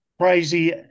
crazy